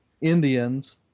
Indians